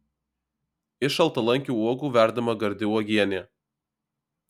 iš šaltalankių uogų verdama gardi uogienė